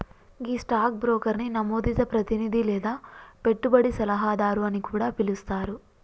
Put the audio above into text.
గీ stock బ్రోకర్ని నమోదిత ప్రతినిధి లేదా పెట్టుబడి సలహాదారు అని కూడా పిలుస్తారు